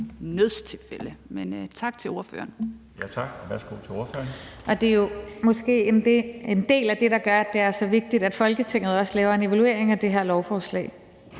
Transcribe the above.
Laustsen): Tak. Værsgo til ordføreren. Kl. 12:19 Rosa Lund (EL): Det er jo måske en del af det, der gør, at det er så vigtigt, at Folketinget også laver en evaluering af det her lovforslag,